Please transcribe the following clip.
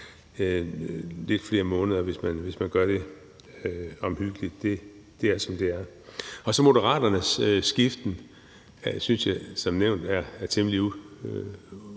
lidt flere måneder, hvis man gør det omhyggeligt, er, som det er. Moderaternes skiften synes jeg som nævnt er temmelig ubegribelig